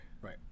Right